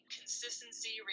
consistency